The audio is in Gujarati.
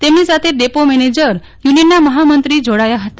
તેમની સાથે ડેપો મેનેજર યુનિયનના મફા મંત્રી જોડાયા હતા